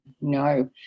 no